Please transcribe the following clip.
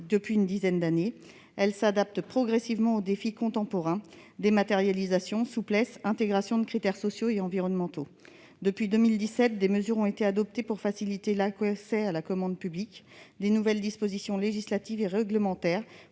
depuis une dizaine d'années. Elle s'adapte progressivement aux défis contemporains : dématérialisation, souplesse, intégration de critères sociaux et environnementaux ... Depuis 2017, des mesures ont été adoptées pour faciliter l'accès à la commande publique. De nouvelles dispositions législatives et réglementaires